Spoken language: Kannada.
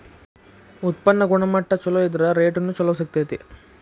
ಉತ್ಪನ್ನ ಗುಣಮಟ್ಟಾ ಚುಲೊ ಇದ್ರ ರೇಟುನು ಚುಲೊ ಸಿಗ್ತತಿ